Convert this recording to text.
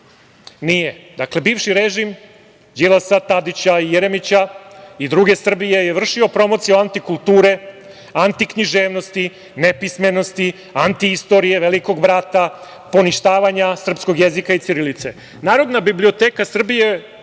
Nije. Dakle, bivši režim Đilasa, Tadića i Jeremića i druge Srbije je vršio promocija antikulture, antiknjiževnosti, nepismenosti, antiistorije, Velikog brata, poništavanja srpskog jezika i ćirilice. Narodna biblioteka Srbije